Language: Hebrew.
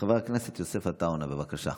חבר הכנסת יוסף עטאונה, בבקשה.